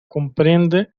comprende